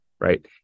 right